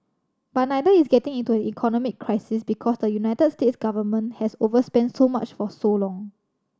but neither is getting into an economic crisis because the United States government has overspent so much for so long